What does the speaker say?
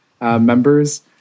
members